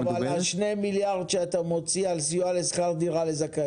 מה עם 2 המיליארד שאתה מוציא על שכר דירה לזכאים?